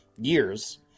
years